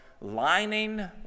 lining